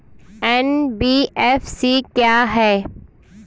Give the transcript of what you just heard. NBFC क्या है?